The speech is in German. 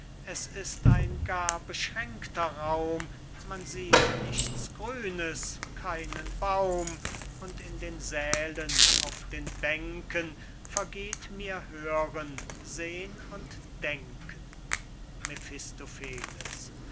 es ist ein gar beschränkter raum man sieht nichts grünes keinen baum und in den sälen auf den bänken vergeht mir hören seh'n und denken